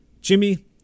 Jimmy